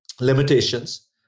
limitations